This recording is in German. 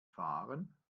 fahren